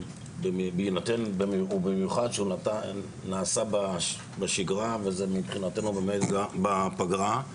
ובמיוחד שהוא נעשה בשגרה ובפגרה.